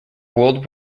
world